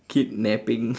kidnapping